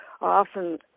often